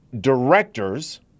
directors